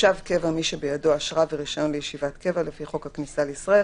"תושב קבע" מי שבידו אשרה ורישיון לישיבת קבע לפי חוק הכניסה לישראל,